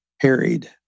harried